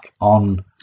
on